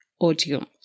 audio